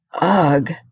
Ugh